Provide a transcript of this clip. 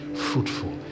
fruitful